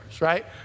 right